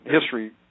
history